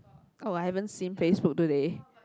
oh I haven't seen Facebook today